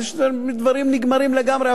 אז דברים נגמרים לגמרי,